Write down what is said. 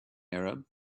arab